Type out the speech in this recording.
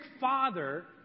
father